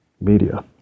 media